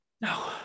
No